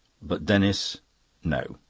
but denis no,